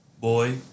boy